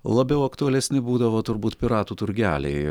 labiau aktualesni būdavo turbūt piratų turgeliai